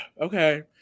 Okay